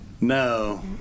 No